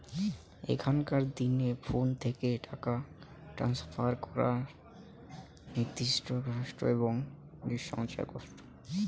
এখনকার দিনে ফোন থেকে টাকা ট্রান্সফার করা নির্বিঘ্ন এবং নির্ঝঞ্ঝাট